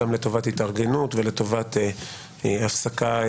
גם לטובת התארגנות ולטובת מנוחה,